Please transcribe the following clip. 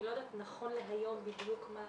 אני לא יודעת נכון להיום בדיוק מה